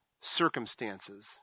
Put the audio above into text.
circumstances